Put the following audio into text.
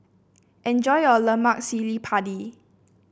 enjoy your Lemak Cili Padi